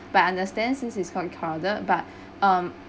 but understand since it's quite crowded but um